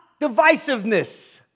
divisiveness